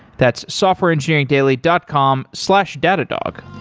that's softwareengineeringdaily dot com slash datadog.